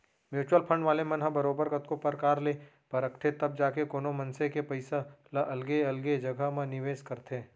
mutual fund वाले मन ह बरोबर कतको परकार ले परखथें तब जाके कोनो मनसे के पइसा ल अलगे अलगे जघा म निवेस करथे